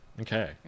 Okay